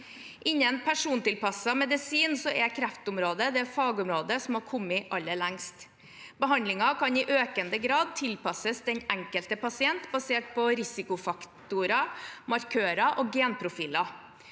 Innen persontilpasset medisin er kreftområdet det fagområdet som har kommet aller lengst. Behandlingen kan i økende grad tilpasses den enkelte pasient basert på risikofaktorer, markører og genprofiler.